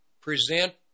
present